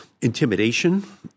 intimidation